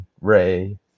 ray